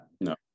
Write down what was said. No